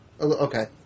Okay